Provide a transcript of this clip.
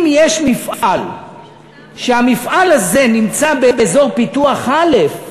אם יש מפעל והמפעל הזה נמצא באזור פיתוח א'